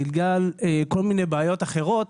בגלל כל מיני בעיות אחרות,